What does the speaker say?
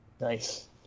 nice